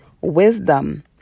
wisdom